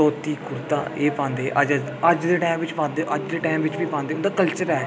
धोती कुर्ता एह् पांदे लोक अज्ज दे टैम च पांदे अज्ज दे टैम च बी पांदे उं'दा कल्चर ऐ